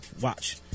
watch